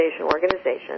organization